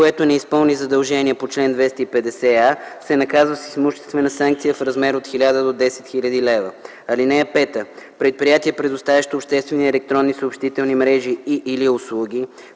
което не изпълни задължение по чл. 250а, се наказва с имуществена санкция в размер от 1000 до 10 000 лв. (5) Предприятие, предоставящо обществени електронни съобщителни мрежи и/или услуги,